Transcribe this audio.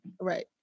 Right